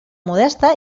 modesta